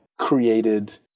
created